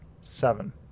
Seven